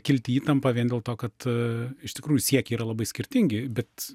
kilti įtampa vien dėl to kad iš tikrųjų siekiai yra labai skirtingi bet